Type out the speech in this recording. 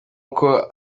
uko